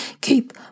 Keep